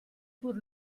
pur